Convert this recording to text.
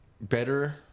Better